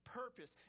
purpose